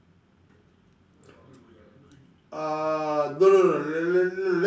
uh no let